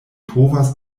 povas